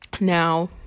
Now